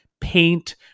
paint